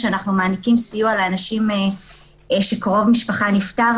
כשאנחנו מעניקים סיוע לאנשים שקרוב משפחה שלהם נפטר,